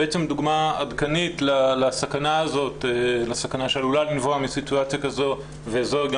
דוגמה עדכנית לסכנה שעלולה לנבוע מסיטואציה כזו וזה גם